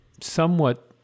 somewhat